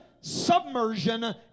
submersion